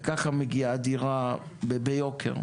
וככה מגיעה דירה ביוקר.